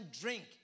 drink